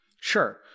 Sure